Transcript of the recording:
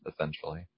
essentially